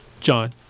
John